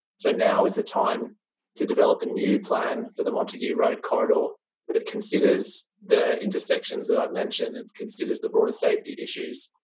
so, now is the time to develop a new plan for the montague road corridor that considers the intersections that i've mentioned, and considers the broader safety issues,